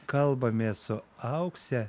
kalbamės su aukse